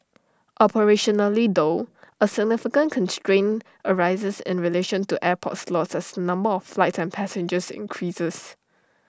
operationally though A significant constraint arises in relation to airport slots as number of flights and passengers increases